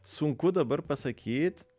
sunku dabar pasakyt